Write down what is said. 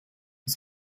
das